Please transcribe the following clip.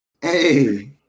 hey